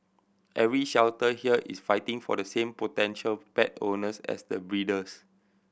every shelter here is fighting for the same potential pet owners as the breeders